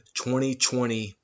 2020